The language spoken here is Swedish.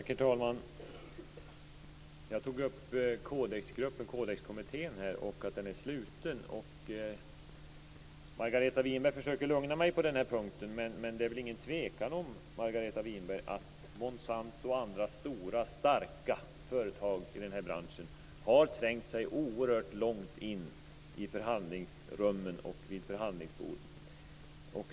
Herr talman! Jag tog upp Codexgruppen och sade att den är sluten. Margareta Winberg försöker lugna mig på denna punkt, men det är ingen tvekan om att Monsanto och andra stora starka företag i denna bransch har trängt sig oerhört långt in i förhandlingsrummen och fram till förhandlingsborden.